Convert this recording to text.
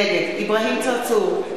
נגד אברהים צרצור,